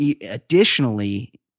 additionally